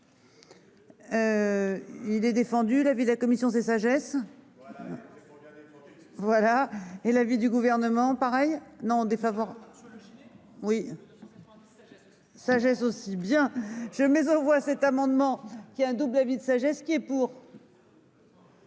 Il est défendu l'avis de la commission et sagesse. Voilà et l'avis du gouvernement pareil non défavorables. Oui. Sagesse aussi bien je mais on voit cet amendement qui a un double David ça j'ai skié pour.